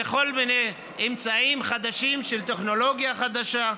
בכל מיני אמצעים חדשים של טכנולוגיה חדשה.